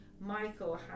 Michael